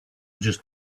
just